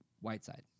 Whiteside